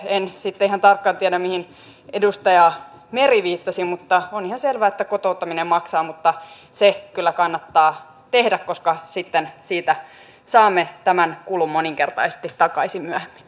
en sitten ihan tarkkaan tiedä mihin edustaja meri viittasi mutta on ihan selvää että kotouttaminen maksaa mutta se kyllä kannattaa tehdä koska sitten siitä saamme tämän kulun moninkertaisesti takaisin myöhemmin